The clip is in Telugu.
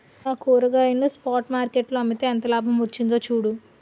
నా కూరగాయలను స్పాట్ మార్కెట్ లో అమ్మితే ఎంత లాభం వచ్చిందో చూడు